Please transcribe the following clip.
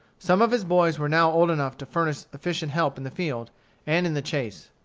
some of his boys were now old enough to furnish efficient help in the field and in the chase.